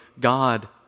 God